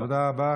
תודה רבה.